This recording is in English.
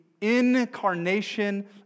incarnation